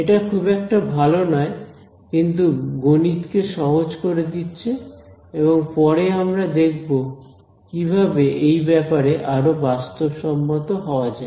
এটা খুব একটা ভালো নয় কিন্তু গণিতকে সহজ করে দিচ্ছে এবং পরে আমরা দেখব কিভাবে এই ব্যাপারে আরো বাস্তবসম্মত হওয়া যায়